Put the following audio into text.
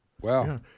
Wow